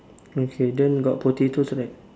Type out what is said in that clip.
okay then got potatoes right